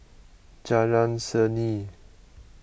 Jalan Seni